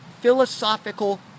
philosophical